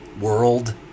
world